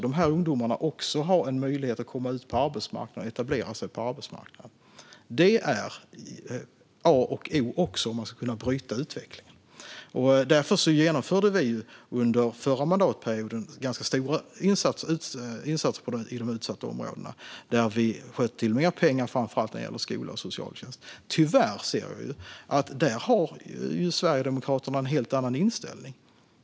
De här ungdomarna måste också ha en möjlighet att etablera sig på arbetsmarknaden. Det är A och O för att man ska kunna bryta utvecklingen. Därför genomförde vi under förra mandatperioden ganska stora insatser i de utsatta områdena. Vi sköt till mer pengar, framför allt till skola och socialtjänst. Där ser jag tyvärr att Sverigedemokraterna har en helt annan inställning.